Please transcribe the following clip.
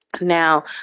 Now